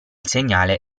segnale